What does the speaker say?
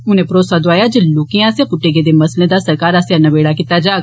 उनें भरोसा दोआया जे लोकें आस्सेआ पुट्टे गेदे मसलें दा सरकार आस्सेआ नबेडा कीता जाग